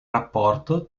rapporto